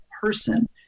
person